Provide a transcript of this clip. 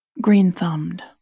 green-thumbed